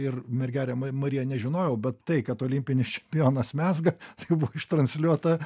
ir mergelę ma mariją nežinojau bet tai kad olimpinis čempionas mezga tai buvo ištransliuota